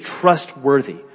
trustworthy